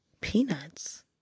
peanuts